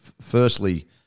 firstly